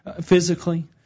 physically